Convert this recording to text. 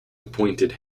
appointed